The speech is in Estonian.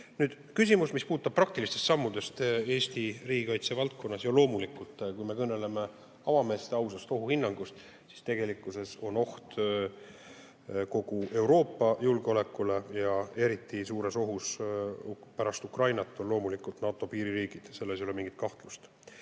küsimus, mis puudutab praktilisi samme Eesti riigikaitse valdkonnas. Loomulikult, kui me kõneleme avameelselt ja ausalt ohuhinnangust, siis tegelikkuses on oht kogu Euroopa julgeolekule. Ja eriti suures ohus pärast Ukrainat on loomulikult NATO piiririigid, selles ei ole mingit kahtlust. Esiteks,